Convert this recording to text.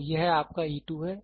तो यह आपका e 2 है